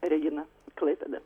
regina klaipėda